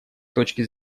точки